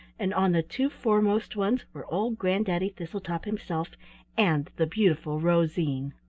and on the two foremost ones were old granddaddy thistletop himself and the beautiful rosine.